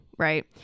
Right